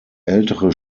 ältere